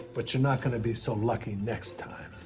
but you're not gonna be so lucky next time.